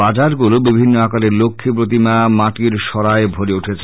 বাজারগুলো বিভিন্ন আকারের লক্ষী প্রতিমা মাটির সরায় ভরে ডঠেছে